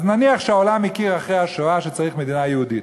אז נניח שהעולם הכיר אחרי השואה שצריך מדינה יהודית,